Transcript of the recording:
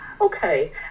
Okay